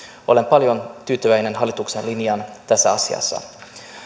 olen hyvin tyytyväinen hallituksen linjaan tässä asiassa